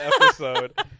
episode